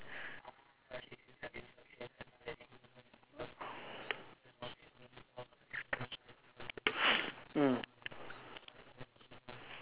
mm